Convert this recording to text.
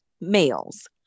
males